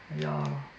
ya